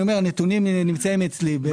הנתונים נמצאים אצלי.